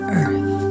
earth